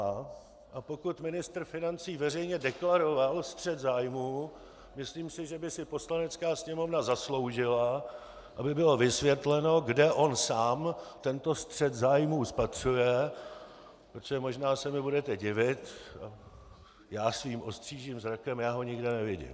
A pokud ministr financí veřejně deklaroval střet zájmů, myslím si, že by si Poslanecká sněmovna zasloužila, aby bylo vysvětleno, kde on sám tento střet zájmů spatřuje, protože možná se mi budete divit, já svým ostřížím zrakem ho nikde nevidím.